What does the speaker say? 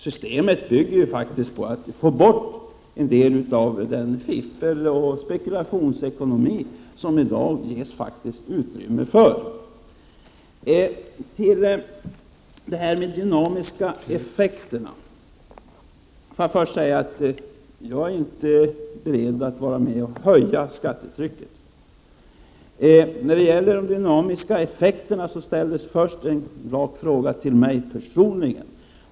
Systemet bygger faktiskt på att vi kan få bort en del av det fiffel och den spekulationsekonomi som det i dag ges utrymme för. Så till det här med de dynamiska effekterna. Till att börja med vill jag säga att jag inte är beredd att bidra till en höjning av skattetrycket. När det gäller de dynamiska effekterna ställdes först en rak fråga till mig personligen.